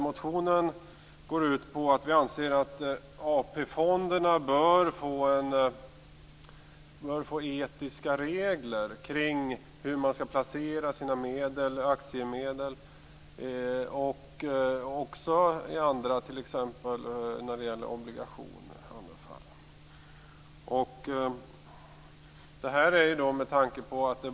Motionen går ut på att visa att vi anser att AP fonderna bör få etiska regler kring hur man skall placera sina aktiemedel och även i andra fall, t.ex. när det gäller obligationer.